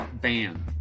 ban